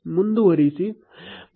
ಮುಂದುವರಿಸಿ